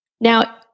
Now